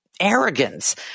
arrogance